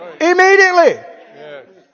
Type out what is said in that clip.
Immediately